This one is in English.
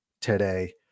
today